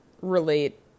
relate